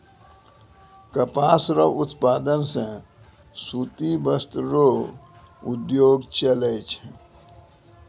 कपास रो उप्तादन से सूती वस्त्र रो उद्योग चलै छै